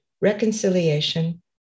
reconciliation